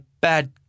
Bad